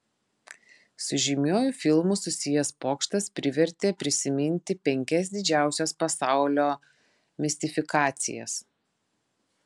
su žymiuoju filmu susijęs pokštas privertė prisiminti penkias didžiausias pasaulio mistifikacijas